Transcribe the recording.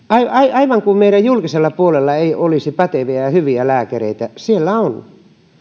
aivan kuin meidän julkisella puolella ei olisi päteviä ja ja hyviä lääkäreitä siellä on